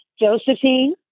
Josephine